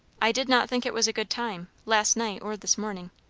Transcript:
i did not think it was a good time, last night or this morning.